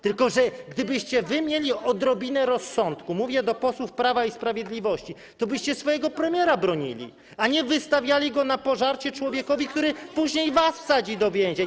Tylko że gdybyście wy mieli odrobinę rozsądku - mówię do posłów Prawa i Sprawiedliwości - tobyście swojego premiera bronili, a nie wystawiali go na pożarcie człowiekowi, który później was wsadzi do więzień.